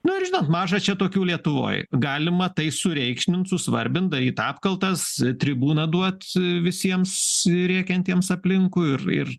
nu ir žinot maža čia tokių lietuvoj galima tai sureikšmint susvarbint daryt apkaltas tribūną duot visiems rėkiantiems aplinkui ir ir